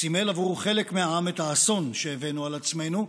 סימל עבור חלק מהעם את האסון שהבאנו על עצמנו,